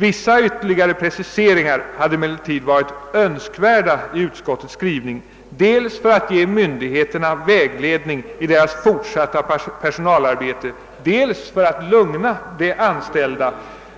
Vissa ytterligare preciseringar hade emellertid varit önskvärda i utskottets skrivning dels för att ge myndigheterna vägledning i deras fortsatta personalarbete, dels för att lugna de anställda